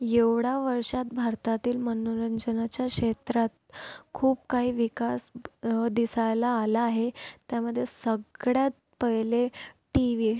एवढ्या वर्षांत भारतातील मनोरंजनाच्या क्षेत्रात खूप काही विकास दिसायला आला आहे त्यामध्ये सगळ्यात पहिले टी व्ही